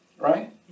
right